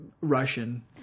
Russian